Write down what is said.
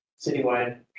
citywide